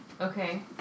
Okay